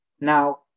Now